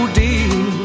deep